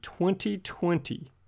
2020